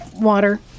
water